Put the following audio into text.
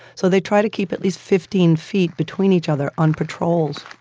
so they try to keep at least fifteen feet between each other on patrols,